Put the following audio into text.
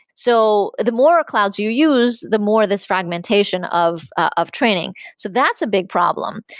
so the more clouds you use, the more this fragmentation of of training. so that's a big problem.